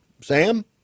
sam